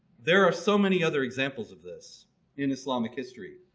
there are so many other examples of this in islamic history.